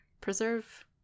preserve